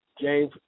James